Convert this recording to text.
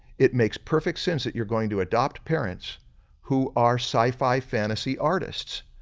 it makes perfect sense that you're going to adopt parents who are sci-fi fantasy artists.